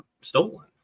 stolen